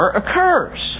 occurs